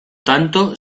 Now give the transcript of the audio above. tanto